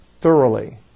thoroughly